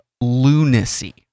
lunacy